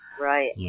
Right